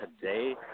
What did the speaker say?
today